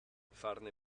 farne